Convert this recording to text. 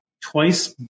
twice